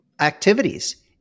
activities